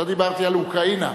לא דיברתי על אוקראינה.